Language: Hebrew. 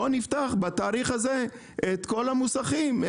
בואו נפתח בתאריך הזה את כל המוסכים להסדר.